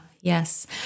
Yes